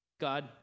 God